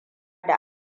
da